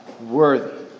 worthy